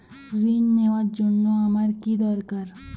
ঋণ নেওয়ার জন্য আমার কী দরকার?